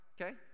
okay